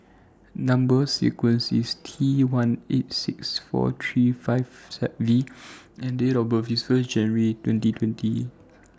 Number sequence IS T one eight six four three five V and Date of birth IS First January twenty twenty